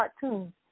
cartoons